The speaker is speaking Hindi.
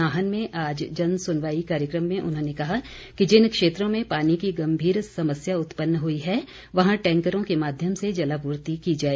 नाहन में आज जन सुनवाई कार्यक्रम में उन्होंने कहा कि जिन क्षेत्रों में पानी की गम्भीर समस्या उत्पन्न हुई है वहां टैंकरों के माध्यम से जलापूर्ति की जाए